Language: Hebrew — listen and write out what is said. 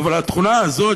אבל התכונה הזאת,